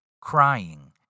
crying